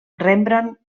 rembrandt